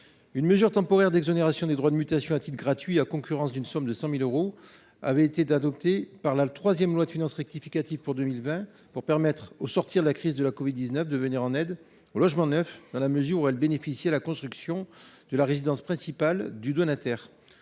Une mesure temporaire d’exonération des droits de mutation à titre gratuit à concurrence d’une somme de 100 000 euros avait été adoptée par la loi du 30 juillet 2020 de finances rectificative pour 2020, au sortir de la crise de la covid 19, pour venir en aide au logement neuf dans la mesure où elle bénéficie à la construction de la résidence principale du donataire.